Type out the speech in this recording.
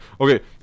Okay